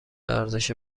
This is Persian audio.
ارزش